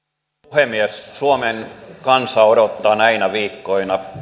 puhemies suomen kansa odottaa näinä viikkoina